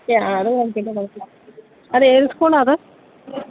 അത് ഏത് സ്കൂളാണ് അത്